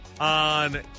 on